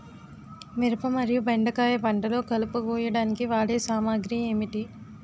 మిరపకాయ మరియు బెండకాయ పంటలో కలుపు కోయడానికి వాడే సామాగ్రి ఏమిటి?